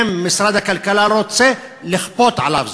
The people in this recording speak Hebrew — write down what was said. ואם משרד הכלכלה לא רוצה, לכפות עליו זאת.